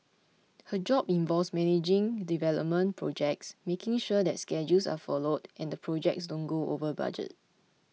her job involves managing development projects making sure that schedules are followed and the projects don't go over budget